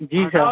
जी sir